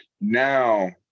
now